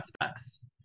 aspects